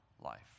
life